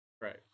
Right